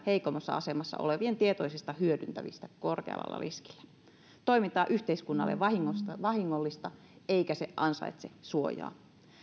heikommassa asemassa olevien tietoisesta hyödyntämisestä korkealla riskillä toiminta on yhteiskunnalle vahingollista vahingollista eikä se ansaitse suojaa